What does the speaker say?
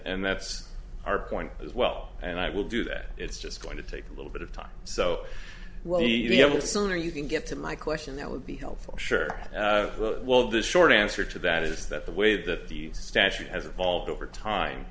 and that's our point as well and i will do that it's just going to take a little bit of time so well you know the sooner you can get to my question that would be helpful sure well the short answer to that is that the way that the statute has evolved over time